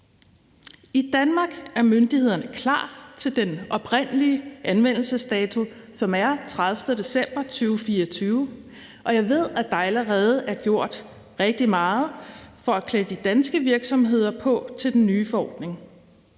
I Danmark er myndighederne klar til den oprindelige anmeldelsesdato, som er 30. december 2024, og jeg ved at, der allerede er gjort rigtig meget for at klæde de danske virksomheder på til den nye forordning.